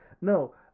no